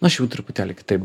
aš jau truputėlį kitaip